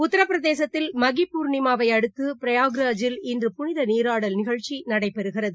உத்தரபிரதேசத்தில் மகி பூர்ணிமாவையடுத்துபிரயாக்ராஜில் புனிதநீராடல் இன்று நிகழ்ச்சிநடைபெறுகிறது